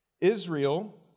Israel